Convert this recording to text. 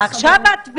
עכשיו אתם